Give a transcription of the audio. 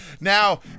Now